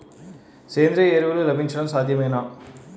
సేంద్రీయ ఎరువులు లభించడం సాధ్యమేనా?